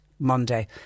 Monday